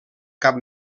cap